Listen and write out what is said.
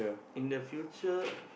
in the future